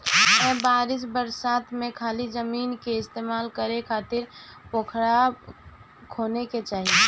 ए बरिस बरसात में खाली जमीन के इस्तेमाल करे खातिर पोखरा खोने के चाही